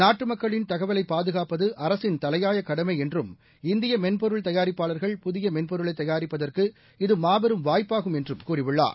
நாட்டுமக்களின் தகவலைப் பாதுகாப்பதுஅரசின் தலையாயகடமைஎன்றும் இந்தியமென்பொருள் தயாரிப்பாளர்கள் புதியமென்பொருளைதயாரிப்பதற்கு இது மாபெரும் வாய்ப்பாகும் என்றும் கூறியுள்ளார்